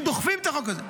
הם דוחפים את החוק הזה.